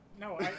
No